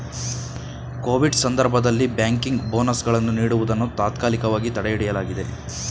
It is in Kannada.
ಕೋವಿಡ್ ಸಂದರ್ಭದಲ್ಲಿ ಬ್ಯಾಂಕಿಂಗ್ ಬೋನಸ್ ಗಳನ್ನು ನೀಡುವುದನ್ನು ತಾತ್ಕಾಲಿಕವಾಗಿ ತಡೆಹಿಡಿಯಲಾಗಿದೆ